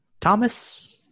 Thomas